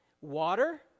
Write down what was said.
Water